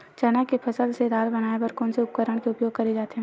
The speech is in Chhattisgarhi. चना के फसल से दाल बनाये बर कोन से उपकरण के उपयोग करे जाथे?